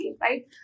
right